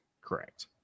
Correct